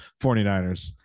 49ers